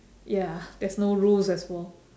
ya there's no rules as well